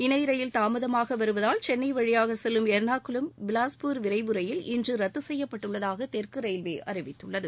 இணை ரயில் தாமதமாக வருவதால் சென்னை வழியாகச் செல்லும் எர்ணாகுளம் பிலாஸ்பூர் விரைவு ரயில் இன்று ரத்து செய்யப்பட்டுள்ளதாக தெற்கு ரயில்வே அறிவித்துள்ளது